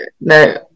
no